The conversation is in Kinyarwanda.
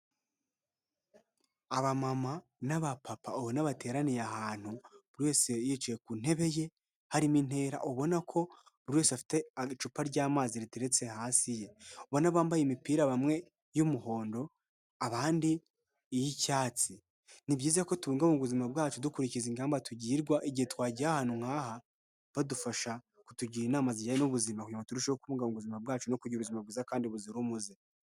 Abamama n'abapapa ubona bateraniye ahantu buri wese yicaye ku ntebe ye, harimo intera, ubona ko buri wese afite icupa ry'amazi riteretse hasi ye, ubona bambaye imipira bamwe y'umuhondo abandi iy'icyatsi. Ni byiza ko tubungabunga ubuzima bwacu dukurikiza ingamba tugirwa igihe twagiye ahantu nk'aha, badufasha kutugira inama zijyanye n'ubuzima kugira ngo turusheho kubungabunga ubuzima bwacu no kugira ubuzima bwiza kandi buzira umuze.